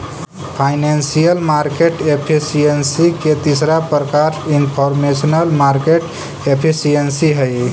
financial market efficiency के तीसरा प्रकार इनफॉरमेशनल मार्केट एफिशिएंसी हइ